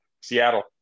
Seattle